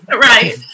Right